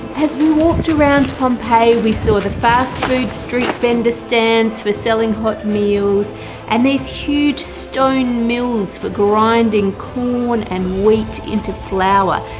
as we walked around pompeii we saw the fast-food street vendor stands for selling hot meals and these huge stone mills for grinding corn and wheat into flour.